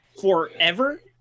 forever